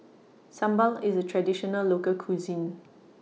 Sambal IS A Traditional Local Cuisine